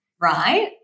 right